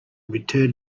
returned